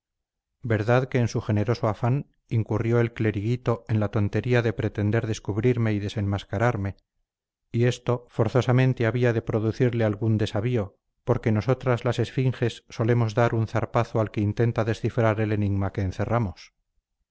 verdad que en su generoso afán incurrió el cleriguito en la tontería de pretender descubrirme y desenmascararme y esto forzosamente había de producirle algún desavío porque nosotras las esfinges solemos dar un zarpazo al que intenta descifrar el enigma que encerramos